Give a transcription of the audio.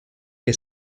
que